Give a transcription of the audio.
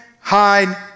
hide